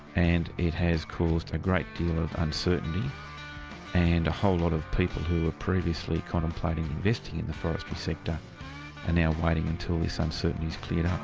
and it has caused a great deal of uncertainty and a whole lot of people who were previously contemplating investing in the forestry sector are now waiting until this uncertainty is cleared up.